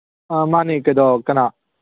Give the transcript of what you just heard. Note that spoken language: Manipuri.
ꯑꯥ ꯃꯥꯅꯦ ꯀꯅꯥ